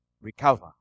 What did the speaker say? recover